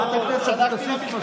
ממשלה שעושה חיסולים ממוקדים,